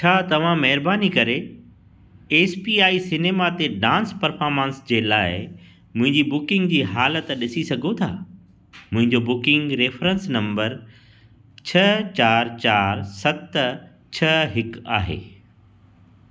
छा तव्हां महिरबानी करे एसपीआई सिनेमा ते डांस परफ़ार्मन्स जे लाइ मुंहिंजी बुकिंग जी हालत ॾिसी सघो था मुंहिंजो बुकिंग रेफेरेंस नंबर छ चारि चारि सत छह हिकु आहे